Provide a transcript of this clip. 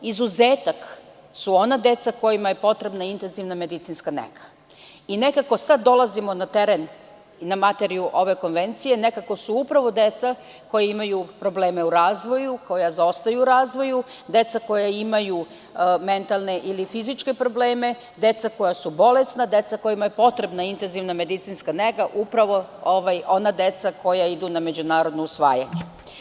Izuzetak su ona deca kojima je potrebna intenzivna medicinska nega i nekako sada dolazimo na teren i na materiju ove konvencije, nekako su upravo deca koja imaju problema u razvoju, koja zaostaju u razvoju, deca koja imaju mentalne ili fizičke probleme, deca koja su bolesna, deca kojima je potrebna intenzivna medicinska nega upravo ona deca koja idu na međunarodno usvajanje.